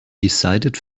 decided